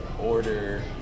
order